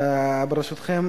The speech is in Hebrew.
ברשותכם,